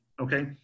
Okay